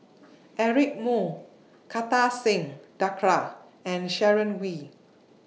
Eric Moo Kartar Singh Thakral and Sharon Wee